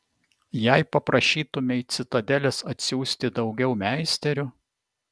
jei paprašytumei citadelės atsiųsti daugiau meisterių